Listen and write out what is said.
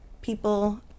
people